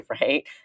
right